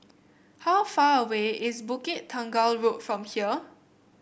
how far away is Bukit Tunggal Road from here